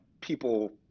people